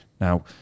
Now